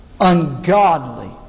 ungodly